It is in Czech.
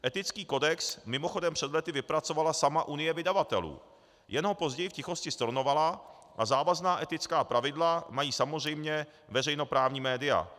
Etický kodex mimochodem před lety vypracovala sama Unie vydavatelů, jen ho později v tichosti stornovala, a závazná etická pravidla mají samozřejmě veřejnoprávní média.